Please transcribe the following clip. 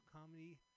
comedy